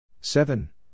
Seven